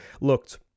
looked